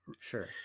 sure